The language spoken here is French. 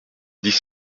dix